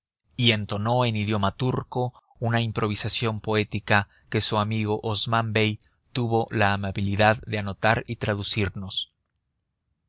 y entonó en idioma turco una improvisación poética que su amigo osmán bey tuvo la amabilidad de anotar y traducirnos